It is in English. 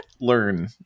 learn